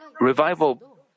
revival